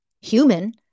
human